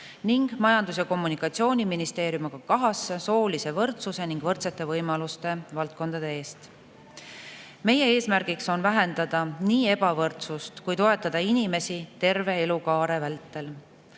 ning Majandus‑ ja Kommunikatsiooniministeeriumiga kahasse soolise võrdsuse ning võrdsete võimaluste valdkondade eest. Meie eesmärk on vähendada ebavõrdsust ja toetada inimesi terve elukaare vältel.